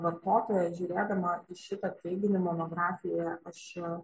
vartotoja žiūrėdama į šitą teiginį monografijoje aš